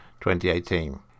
2018